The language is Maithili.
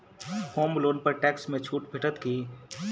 होम लोन पर टैक्स मे छुट भेटत की